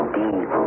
deep